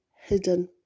hidden